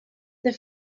the